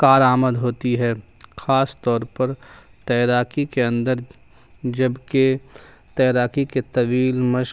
کار آمد ہوتی ہے خاص طور پر تیراکی کے اندر جب کہ تیراکی کے طویل مشق